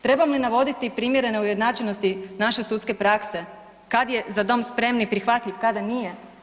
Trebam li navoditi primjere neujednačenosti naše sudske prakse, kad je „za dom spremni“ prihvatljiv, kada nije?